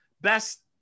Best